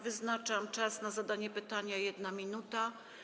Wyznaczam czas na zadanie pytania - 1 minuta.